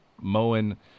mowing